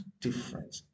different